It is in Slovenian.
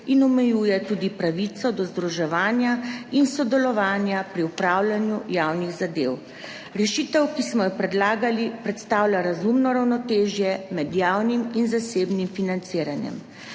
in omejuje tudi pravico do združevanja in sodelovanja pri upravljanju javnih zadev. Rešitev, ki smo jo predlagali, predstavlja razumno ravnotežje med javnim in zasebnim financiranjem.